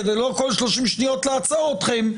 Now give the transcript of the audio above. כדי לא כל 30 שניות לעצור אתכם,